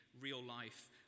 real-life